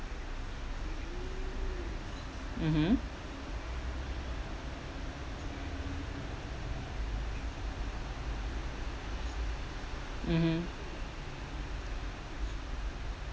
mmhmm mmhmm